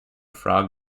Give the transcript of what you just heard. frog